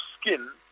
skin